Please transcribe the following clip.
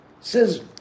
says